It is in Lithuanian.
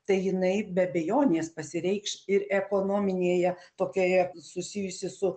tai jinai be abejonės pasireikš ir ekonominėje tokioje susijusi su